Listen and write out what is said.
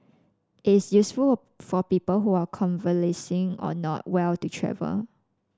it is useful for people who are convalescing or not well to travel